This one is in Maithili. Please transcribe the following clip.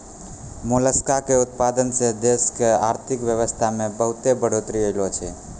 मोलसका के उतपादन सें देश के आरथिक बेवसथा में बहुत्ते बढ़ोतरी ऐलोॅ छै